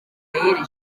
michaëlle